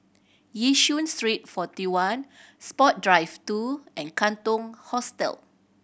Yishun Street Forty One Sport Drive two and Katong Hostel